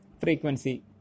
frequency